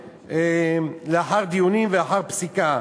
לאחר דיונים ולאחר פסיקה.